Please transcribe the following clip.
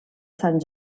sant